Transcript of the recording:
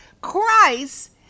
Christ